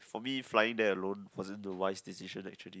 for me flying there alone wasn't the wise decision actually